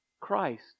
Christ